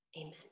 Amen